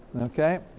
Okay